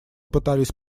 пытались